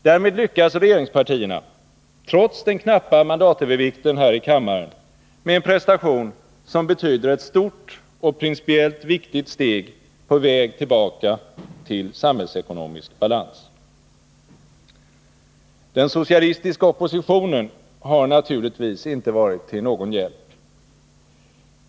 Därmed lyckas regeringspartierna — trots den knappa mandatövervikten här i kammaren — med en prestation som betyder ett stort och principiellt viktigt steg på vägen tillbaka till samhällsekonomisk balans. Den socialistiska oppositionen har naturligtvis inte varit till någon hjälp.